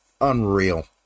Unreal